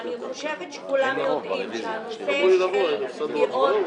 אני חושבת שכולם יודעים שבנושאי פגיעות